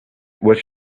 was